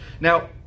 Now